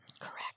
Correct